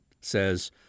says